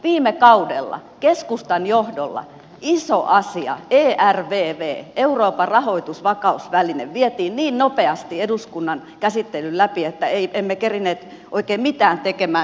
viime kaudella keskustan johdolla iso asia ervv euroopan rahoitusvakausväline vietiin niin nopeasti eduskunnan käsittelyn läpi että emme kerinneet oikein mitään tekemään